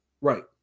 Right